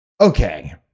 Okay